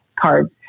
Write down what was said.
cards